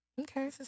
Okay